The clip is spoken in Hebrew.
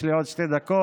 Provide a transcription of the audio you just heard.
יש לי עוד שתי דקות.